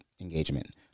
engagement